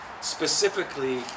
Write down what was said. specifically